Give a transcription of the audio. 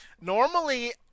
Normally